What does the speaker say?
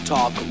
Talk